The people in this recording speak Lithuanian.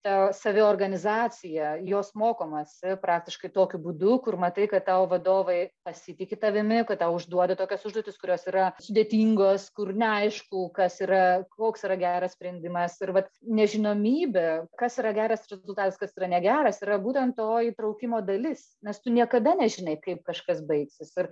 ta saviorganizacija jos mokomasi praktiškai tokiu būdu kur matai kad tavo vadovai pasitiki tavimi kad tau užduoda tokias užduotis kurios yra sudėtingos kur neaišku kas yra koks yra geras sprendimas ir vat nežinomybė kas yra geras rezultatas kas yra negeras yra būtent to įtraukimo dalis nes tu niekada nežinai kaip kažkas baigsis ir